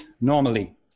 normally